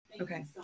okay